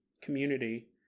community